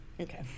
Okay